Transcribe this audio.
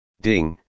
Ding